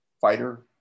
fighter